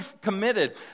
committed